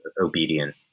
obedient